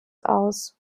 aus